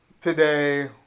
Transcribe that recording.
today